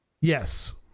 Yes